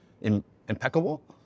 impeccable